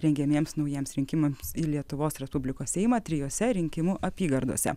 rengiamiems naujiems rinkimams į lietuvos respublikos seimą trijose rinkimų apygardose